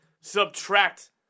subtract